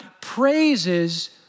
praises